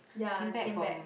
ya came back